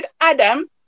Adam